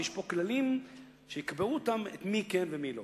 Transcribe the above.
ויש פה כללים שיקבעו מי כן ומי לא.